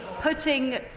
putting